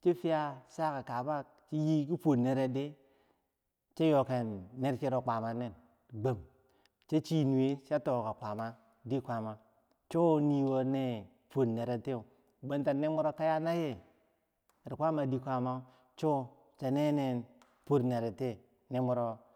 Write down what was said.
chi fiyah chaka kaba chi yee ki fuwor nereh ri, chi yoken ner chero kwama nen gwam, cho chi nuweh cha toh ka kwaama di kwaama, cho yiwo neh fuwor nereh tiyeu bwentah ner bwero kayah na yeh di kwama firen di kwama, cho cha nene fuwor nere tiyeh ner mwero.